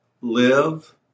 live